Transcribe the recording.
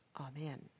Amen